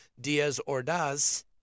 Diaz-Ordaz